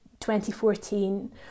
2014